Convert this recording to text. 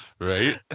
right